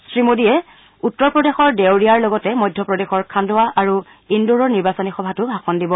শ্ৰী মোডীয়ে উত্তৰ প্ৰদেশৰ দেওৰীয়াৰ লগতে মধ্যপ্ৰদেশৰ খাণ্ডৱা আৰু ইন্দোৰৰ নিৰ্বাচনী সভাত ভাষণ দিব